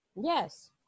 Yes